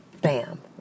Bam